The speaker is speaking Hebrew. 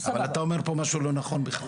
משהו לא נכון בכלל.